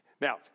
Now